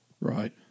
Right